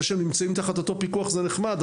זה שהם נמצאים תחת אותו פיקוח זה נחמד,